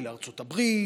לארצות הברית,